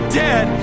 dead